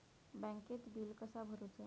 बँकेत बिल कसा भरुचा?